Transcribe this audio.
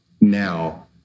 now